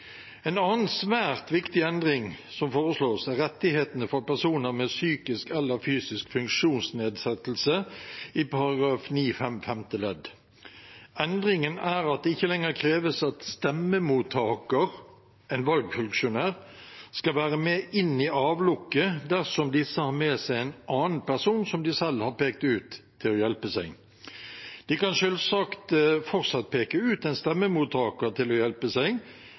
En annen svært viktig endring som foreslås, er rettighetene for personer med psykisk eller fysisk funksjonsnedsettelse i § 9-5 femte ledd. Endringen er at det ikke lenger kreves at stemmemottaker, en valgfunksjonær, skal være med inn i avlukket dersom disse har med seg en annen person som de selv har pekt ut til å hjelpe seg. De kan selvsagt fortsatt peke ut en stemmemottaker til å hjelpe seg,